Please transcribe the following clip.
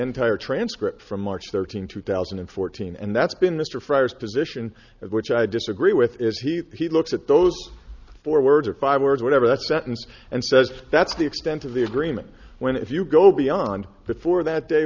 end tire transcript from march thirteenth two thousand and fourteen and that's been the stir fries position which i disagree with is he he looks at those four words or five words whatever that sentence and says that's the extent of the agreement when if you go beyond that for that day